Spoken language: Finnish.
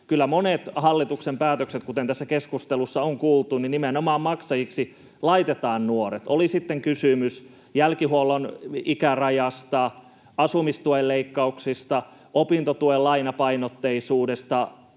kyllä monissa hallituksen päätöksissä, kuten tässä keskustelussa on kuultu, nimenomaan maksajiksi laitetaan nuoret, oli sitten kysymys jälkihuollon ikärajasta, asumistuen leikkauksista, opintotuen lainapainotteisuudesta.